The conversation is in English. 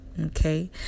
okay